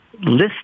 List